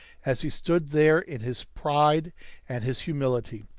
as he stood there in his pride and his humility,